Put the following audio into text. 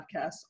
Podcasts